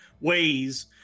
ways